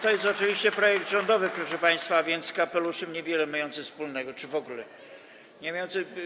To jest oczywiście projekt rządowy, proszę państwa, a więc z kapeluszem niewiele mający wspólnego czy w ogóle niemający.